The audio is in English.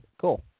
Cool